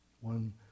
one